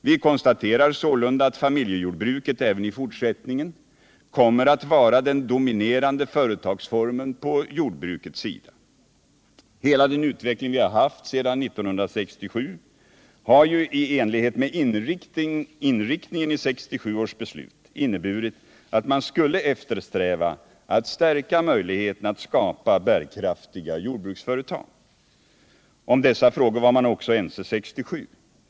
Vi konstaterar sålunda att familjejordbruket även i fortsättningen kommer att vara den dominerande företagsformen på jordbrukets sida. Hela den utveckling vi har haft sedan 1967 har ju, i enlighet med inriktningen i 1967 års beslut, inneburit att man skulle eftersträva att stärka möjligheterna att skapa bärkraftiga jordbruksföretag. Om dessa frågor var man också ense 1967.